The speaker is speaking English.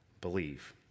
believe